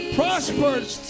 prosperous